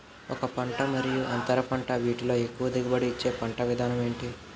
ఒక పంట మరియు అంతర పంట వీటిలో ఎక్కువ దిగుబడి ఇచ్చే పంట విధానం ఏంటి?